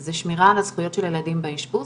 זה שמירה על הזכויות של הילדים באשפוז